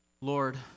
Lord